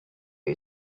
you